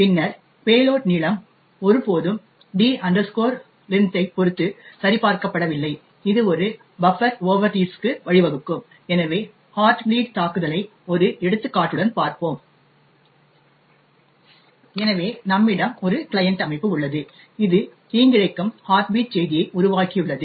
பின்னர் பேலோட் நீளம் ஒருபோதும் d length ஐப் பொறுத்து சரிபார்க்கப்படவில்லை இது ஒரு பஃப்பர் ஓவர்ரீட்ஸ்க்கு வழிவகுக்கும் எனவே ஹார்ட் பிளீட் தாக்குதலை ஒரு எடுத்துக்காட்டுடன் பார்ப்போம் எனவே நம்மிடம் ஒரு கிளையன்ட் அமைப்பு உள்ளது இது தீங்கிழைக்கும் ஹார்ட் பீட் செய்தியை உருவாக்கியுள்ளது